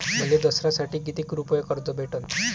मले दसऱ्यासाठी कितीक रुपये कर्ज भेटन?